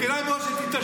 כדאי מאוד שתתעשתו,